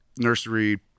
nursery